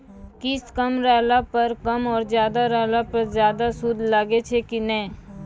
किस्त कम रहला पर कम और ज्यादा रहला पर ज्यादा सूद लागै छै कि नैय?